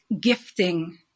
gifting